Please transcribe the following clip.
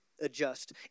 adjust